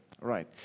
right